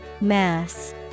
Mass